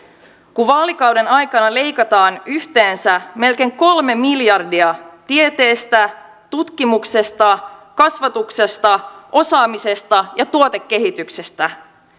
kun vaalikauden aikana leikataan yhteensä melkein kolme miljardia tieteestä tutkimuksesta kasvatuksesta osaamisesta ja tuotekehityksestä